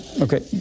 Okay